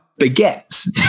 baguettes